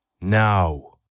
now